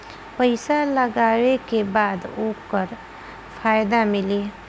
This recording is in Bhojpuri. पइसा लगावे के बाद ओकर फायदा मिली